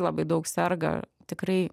labai daug serga tikrai